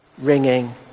ringing